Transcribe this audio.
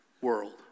world